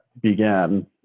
began